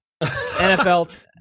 NFL